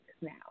now